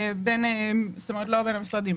לא בין המשרדים.